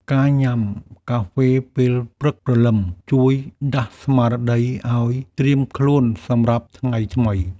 ការញ៉ាំកាហ្វេពេលព្រឹកព្រលឹម ជួយដាស់ស្មារតីឱ្យត្រៀមខ្លួនសម្រាប់ថ្ងៃថ្មី។